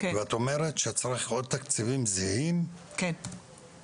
ואת אומרת שצריך עוד תקציבים זהים כדי